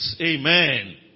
amen